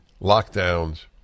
lockdowns